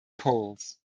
poles